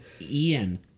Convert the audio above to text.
Ian